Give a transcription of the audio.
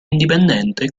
indipendente